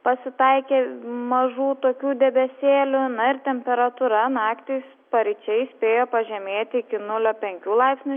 pasitaikė mažų tokių debesėlių na ir temperatūra naktį paryčiais spėjo pažemėti iki nulio penkių laipsnių